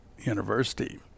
University